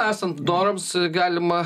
esant norams galima